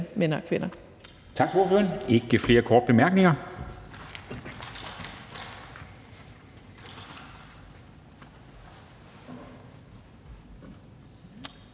mænd og kvinder.